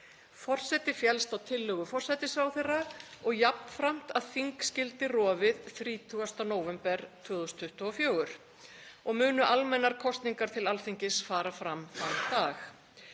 Forseti féllst á tillögu forsætisráðherra og jafnframt að þing skyldi rofið 30. nóvember 2024 og munu almennar kosningar til Alþingis fara fram sama dag.